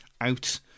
out